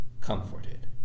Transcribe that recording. comforted